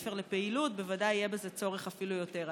הספר לפעילות בוודאי יהיה בזה צורך אפילו יותר.